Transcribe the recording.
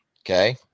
Okay